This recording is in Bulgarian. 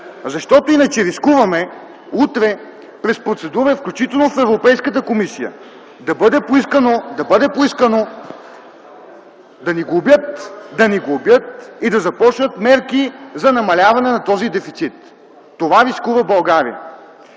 Защото иначе рискуваме утре през процедура, включително в Европейската комисия, да бъде поискано да ни глобят и да започнат мерки за намаляване на този дефицит – това рискува България.